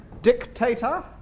Dictator